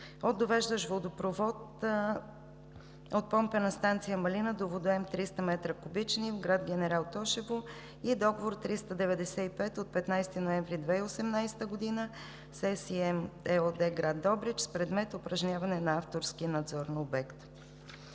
от довеждащ водопровод от Помпена станция Малина до водоем 300 м3 в град Генерал Тошево“ и Договор № 395 от 15 ноември 2018 г. с ЕСМ ЕООД – град Добрич, с предмет упражняване на авторски надзор на обекта.